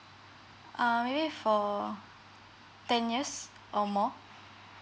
ah maybe for for ten yes or more